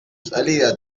salida